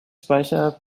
speicher